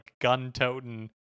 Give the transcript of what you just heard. gun-toting